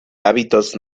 hábitos